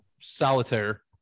solitaire